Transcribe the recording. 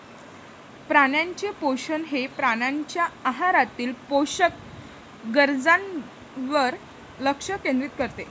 प्राण्यांचे पोषण हे प्राण्यांच्या आहारातील पोषक गरजांवर लक्ष केंद्रित करते